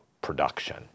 production